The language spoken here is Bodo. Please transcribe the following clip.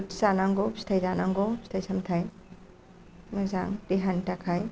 फ्रुट जानांगौ फिथाय जानांगौ फिथाय सामथाय मोजां देहानि थाखाय